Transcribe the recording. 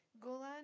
Golan